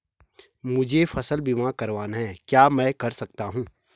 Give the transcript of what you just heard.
मुझे फसल बीमा करवाना है क्या मैं कर सकता हूँ?